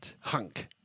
Hunk